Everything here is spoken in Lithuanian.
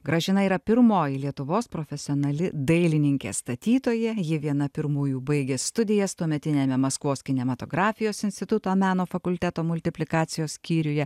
gražina yra pirmoji lietuvos profesionali dailininkė statytoja ji viena pirmųjų baigė studijas tuometiniame maskvos kinematografijos instituto meno fakulteto multiplikacijos skyriuje